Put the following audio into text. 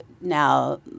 now